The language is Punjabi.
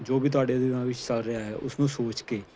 ਜੋ ਵੀ ਤੁਹਾਡੇ ਦਿਮਾਗ ਵਿੱਚ ਚੱਲ ਰਿਹਾ ਹੈ ਉਸਨੂੰ ਸੋਚ ਕੇ